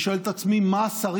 רוב-רובם של השרים